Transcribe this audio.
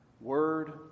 Word